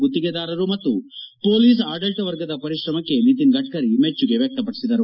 ಗುತ್ತಿಗೆದಾರರು ಮತ್ತು ಪೊಲೀಸ್ ಆಡಳಿತ ವರ್ಗದ ಪರಿಶ್ರಮಕ್ಷೆ ನಿತಿನ್ ಗಡ್ತರಿ ಮೆಚ್ಚುಗೆ ವ್ಯಕ್ತಪಡಿಸಿದರು